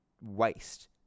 waste